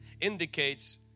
indicates